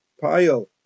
pile